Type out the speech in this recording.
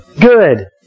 good